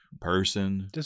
person